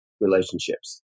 relationships